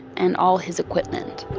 and all his equipment